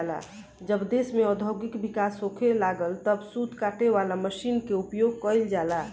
जब देश में औद्योगिक विकास होखे लागल तब सूत काटे वाला मशीन के उपयोग गईल जाला